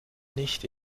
nicht